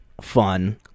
fun